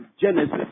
Genesis